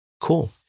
Cool